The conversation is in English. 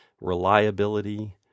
reliability